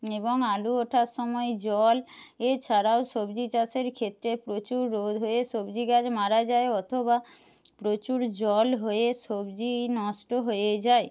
এবং আলু ওঠার সময় জল এছাড়াও সবজি চাষের ক্ষেত্রে প্রচুর রোদ হয়ে সবজি গাছ মারা যায় অথবা প্রচুর জল হয়ে সবজি নষ্ট হয়ে যায়